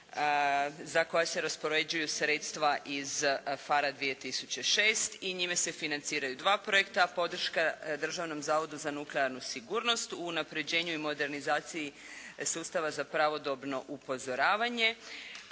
za koja se raspoređuju sredstva iz PHARE 2006. i njime se financiraju dva projekta, podrška Državnom zavodu za nuklearnu sigurnost, unapređenju i modernizaciji sustava za pravodobno upozoravanje